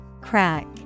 Crack